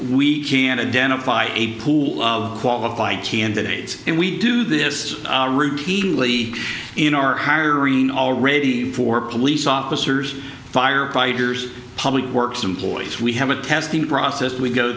we can identify a pool of qualified candidates and we do this routinely in our firing already for police officers firefighters public works employees we have a testing process we go